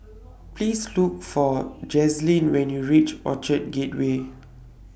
Please Look For Jazlyn when YOU REACH Orchard Gateway